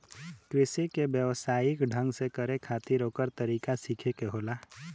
कृषि के व्यवसायिक ढंग से करे खातिर ओकर तरीका सीखे के होला